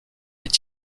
est